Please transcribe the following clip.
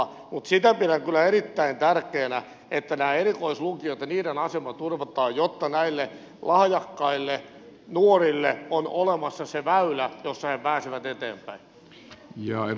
sitä pidän kyllä erittäin tärkeänä että nämä erikoislukiot ja niiden asema turvataan jotta näille lahjakkaille nuorille on olemassa se väylä jolla he pääsevät eteenpäin